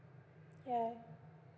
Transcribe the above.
ya